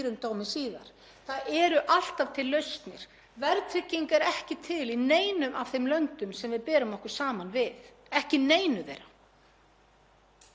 Hvernig fer fólk að því að komast inn á húsnæðismarkað þar? Það gerir það með því að fara í bankann sinn og taka lán á skaplegum vöxtum.